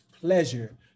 pleasure